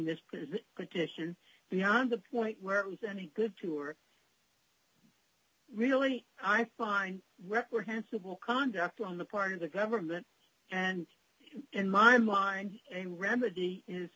petition beyond the point where it was any good to are really i find reprehensible conduct on the part of the government and in my mind and remedy is